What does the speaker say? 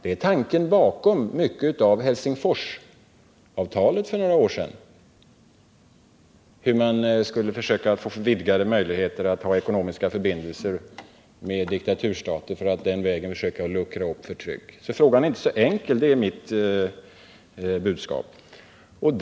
En tanke bakom mycket i Helsingforsavtalet för några år sedan var att man ville vidga möjligheterna till ekonomiska förbindelser med diktaturer för att den vägen kunna luckra upp förtrycket. Mitt budskap är alltså att frågan inte är så enkel.